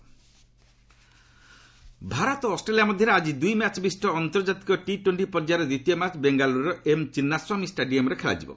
cricket Bharat ଓ Australia ମଧ୍ୟରେ ଆଜି ଦୁଇ ମ୍ୟାଚ୍ ବିଶିଷ୍ଟ ଆନ୍ତର୍ଜାତିକ ଟି ଟୋଣ୍ଟି ପର୍ଯ୍ୟାୟର ଦ୍ୱିତୀୟ ମ୍ୟାଚ୍ ବେଙ୍ଗାଲୁରର ଏମ୍ ଚିନ୍ନାସ୍ୱାମୀ ଷ୍ଟାଡିୟମ୍ରେ ଖେଳାଯିବ